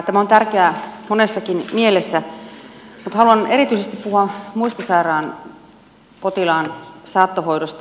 tämä on tärkeää monessakin mielessä mutta haluan erityisesti puhua muistisairaan potilaan saattohoidosta